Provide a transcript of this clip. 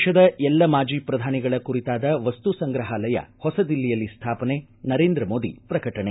ದೇಶದ ಎಲ್ಲ ಮಾಜಿ ಪ್ರಧಾನಿಗಳ ಕುರಿತಾದ ವಸ್ತು ಸಂಗ್ರಹಾಲಯ ಹೊಸ ದಿಲ್ಲಿಯಲ್ಲಿ ಸ್ಥಾಪನೆ ನರೇಂದ್ರ ಮೋದಿ ಪ್ರಕಟಣೆ